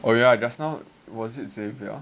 oh ya just now was it Xavier